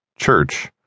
Church